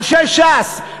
אנשי ש"ס.